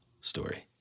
story